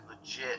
legit